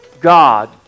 God